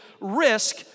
risk